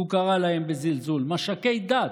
הוא קרא להם בזלזול, מש"קי דת,